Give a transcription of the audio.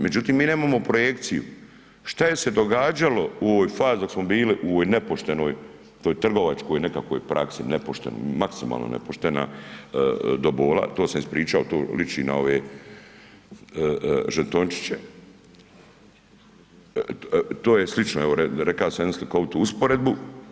Međutim, mi nemamo projekciju, šta je se događalo u ovoj fazi dok smo bili, u ovoj nepoštenoj toj trgovačkoj nekakvoj praksi nepoštenoj, maksimalno nepoštena do bola, to sam ispričao to liči na ove žetončiće, to je slično, evo reka sam jednu slikovitu usporedbu.